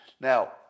Now